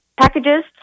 packages